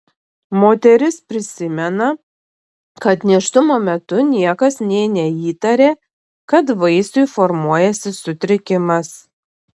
moteris prisimena kad nėštumo metu niekas nė neįtarė kad vaisiui formuojasi sutrikimas